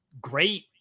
great